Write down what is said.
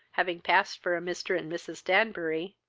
having passed for a mr. and mrs. danbury,